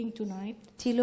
tonight